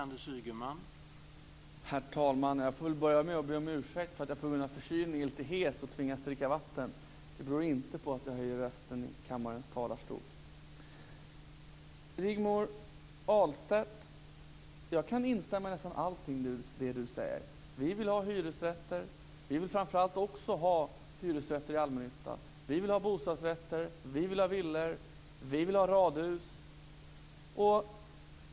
Herr talman! Jag får börja med att be om ursäkt för att jag på grund av förkylning är lite hes och tvingas dricka vatten. Det beror inte på att jag höjer rösten i kammarens talarstol. Jag kan instämma i nästan allt Rigmor Ahlstedt säger. Vi vill ha hyresrätter, framför allt i allmännyttan. Vi vill ha bostadsrätter. Vi vill ha villor. Vi vill ha radhus.